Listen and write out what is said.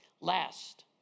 Last